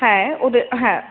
হ্যাঁ ওদের হ্যাঁ